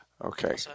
Okay